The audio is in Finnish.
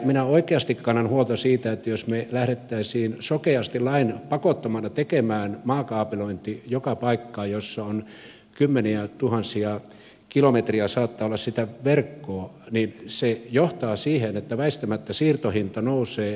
minä oikeasti kannan huolta siitä että jos me lähtisimme sokeasti lain pakottamana tekemään maakaapelointia joka paikkaan missä saattaa olla kymmeniätuhansia kilometrejä sitä verkkoa niin se johtaa siihen että väistämättä siirtohinta nousee